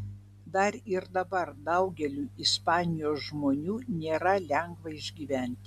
dar ir dabar daugeliui ispanijos žmonių nėra lengva išgyventi